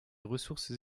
ressources